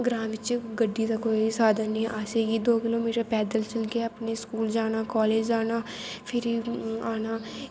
ग्रांऽ बिच्च गड्डी दा कोई साधन नी ऐ असेंगी दो किलो मीटर पैद्दल चलगे अपने स्कूल जाना कालेज़ जाना फिरी आना